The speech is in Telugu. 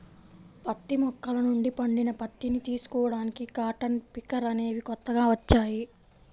పత్తి మొక్కల నుండి పండిన పత్తిని తీసుకోడానికి కాటన్ పికర్ అనేవి కొత్తగా వచ్చాయి